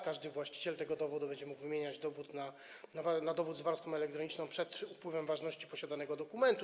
Każdy właściciel tego dowodu będzie mógł wymieniać dowód na dowód z warstwą elektroniczną przed upływem ważności posiadanego dokumentu.